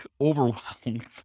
overwhelmed